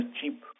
cheap